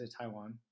Taiwan